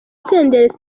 senderi